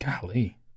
Golly